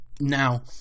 Now